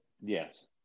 Yes